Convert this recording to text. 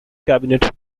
cabinet